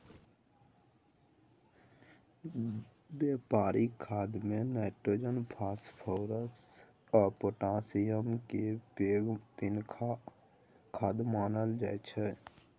बेपारिक खादमे nitrogen, phosphorus आ पोटाशियमकेँ पैघ तीनटा खाद मानल जाइ छै